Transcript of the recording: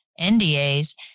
NDAs